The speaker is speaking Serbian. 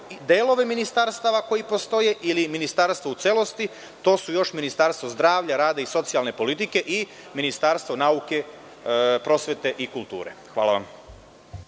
delove ministarstva koji postoje ili ministarstvo u celosti, to su još Ministarstvo zdravlja, rada i socijalne politike i Ministarstvo nauke, prosvete i kulture. Hvala.